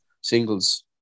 singles